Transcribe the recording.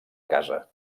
casa